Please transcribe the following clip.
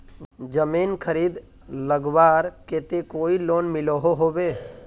जमीन खरीद लगवार केते कोई लोन मिलोहो होबे?